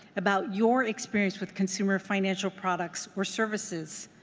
about your experience with consumer financial products or services.